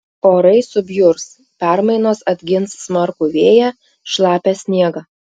orai subjurs permainos atgins smarkų vėją šlapią sniegą